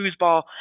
foosball